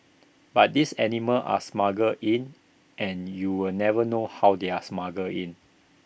but these animals are smuggled in and you're never know how they are smuggled in